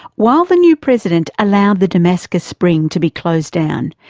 while the new president allowed the damascus spring to be closed down,